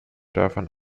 dörfern